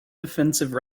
defensive